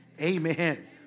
Amen